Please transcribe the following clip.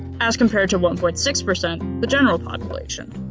as compared to one point six percent the general population.